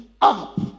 up